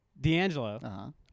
D'Angelo